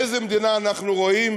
איזו מדינה אנחנו רואים,